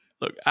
Look